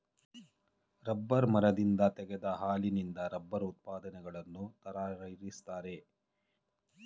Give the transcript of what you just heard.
rubber ಮರದಿಂದ ತೆಗೆದ ಹಾಲಿನಿಂದ ರಬ್ಬರ್ ಉತ್ಪನ್ನಗಳನ್ನು ತರಯಾರಿಸ್ತರೆ